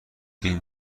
این